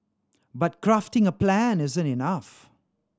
but crafting a plan isn't enough